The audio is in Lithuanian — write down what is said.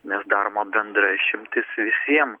nes daroma bendra išimtis visiem